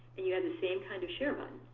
and you have the same kind of share button.